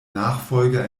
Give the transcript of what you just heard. nachfolger